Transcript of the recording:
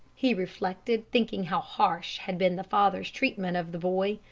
he reflected, thinking how harsh had been the father's treatment of the boy,